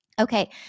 Okay